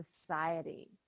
society